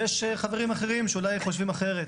ויש חברים אחרים שאולי חושבים אחרת.